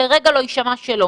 שלרגע לא יישמע שלא